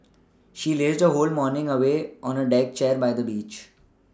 she lazed her whole morning away on a deck chair by the beach